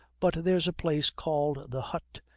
but there's a place called the hut,